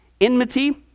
Enmity